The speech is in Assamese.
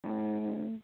অঁ